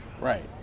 Right